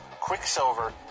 Quicksilver